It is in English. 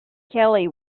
kelly